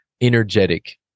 energetic